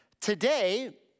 Today